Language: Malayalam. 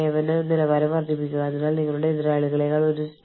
വൈവിധ്യമാർന്ന ആവശ്യകതകൾ ഉൾക്കൊള്ളാൻ കഴിയുന്ന ബഹുഭാഷാ കഴിവുകളും ഫീൽഡുകളും ഉള്ളത്